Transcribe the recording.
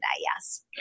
Yes